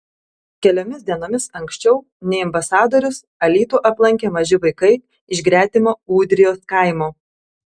keliomis dienomis anksčiau nei ambasadorius alytų aplankė maži vaikai iš gretimo ūdrijos kaimo